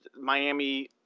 Miami